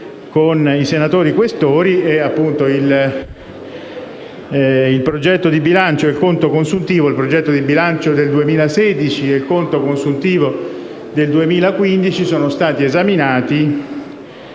con i senatori Questori, il progetto di bilancio del 2016 e il conto consuntivo del 2015 sono stati esaminati